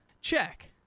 Check